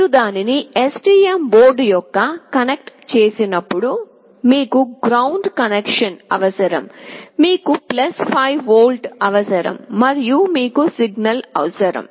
మీరు దానిని STM బోర్డ్కు కనెక్ట్ చేసినప్పుడు మీకు గ్రౌండ్ కనెక్షన్ అవసరం మీకు 5 వి అవసరం మరియు మీకు సిగ్నల్ అవసరం